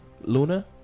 Luna